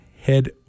head